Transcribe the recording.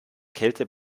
kälte